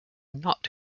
not